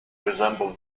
resemble